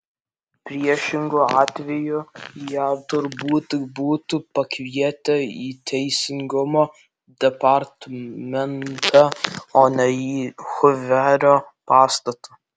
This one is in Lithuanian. priešingu atveju ją turbūt būtų pakvietę į teisingumo departamentą o ne į huverio pastatą